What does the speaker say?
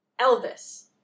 Elvis